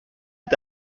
est